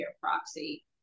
proxy